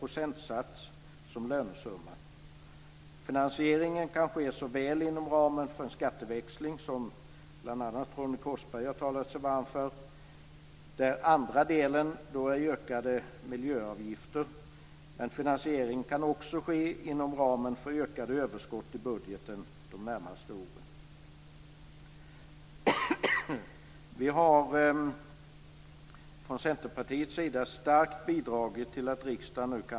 Finansieringen kan ske inom ramen för en skatteväxling, som bl.a. Ronny Korsberg har talat sig varm för, där andra delen är ökade miljöavgifter. Men finansieringen kan också ske inom ramen för ökade överskott i budgeten de närmaste åren.